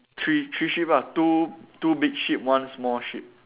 three three sheep ah two two big sheep one small sheep